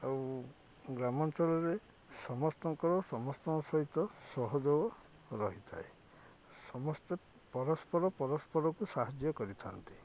ଆଉ ଗ୍ରାମାଞ୍ଚଳରେ ସମସ୍ତଙ୍କର ସମସ୍ତଙ୍କ ସହିତ ସହଯୋଗ ରହିଥାଏ ସମସ୍ତେ ପରସ୍ପର ପରସ୍ପରକୁ ସାହାଯ୍ୟ କରିଥାନ୍ତି